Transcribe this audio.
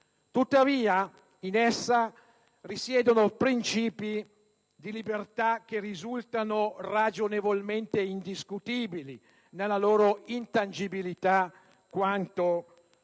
Tuttavia, in essa risiedono principi di libertà che risultano ragionevolmente indiscutibili nella loro intangibilità, come il